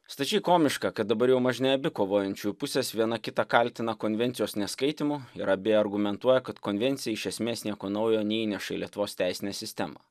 stačiai komiška kad dabar jau mažne abi kovojančios pusės viena kitą kaltina konvencijos neskaitymu ir abi argumentuoja kad konvencija iš esmės nieko naujo neįneša į lietuvos teisinę sistemą